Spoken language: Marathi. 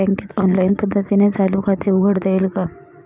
बँकेत ऑनलाईन पद्धतीने चालू खाते उघडता येईल का?